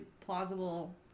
plausible